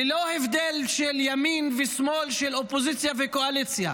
ללא הבדל של ימין ושמאל, של אופוזיציה וקואליציה,